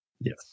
yes